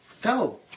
Go